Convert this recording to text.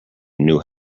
knew